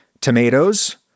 tomatoes